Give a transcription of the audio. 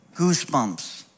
goosebumps